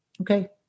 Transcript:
Okay